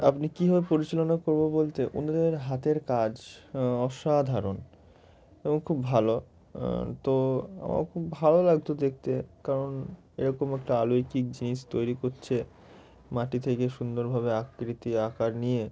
আপনি কীভাবে পরিচালনা করব বলতে ওনাদের হাতের কাজ অসাধারণ এবং খুব ভালো তো আমার খুব ভালো লাগত দেখতে কারণ এরকম একটা অলৌকিক জিনিস তৈরি করছে মাটি থেকে সুন্দরভাবে আকৃতি আকার নিয়ে